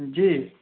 जी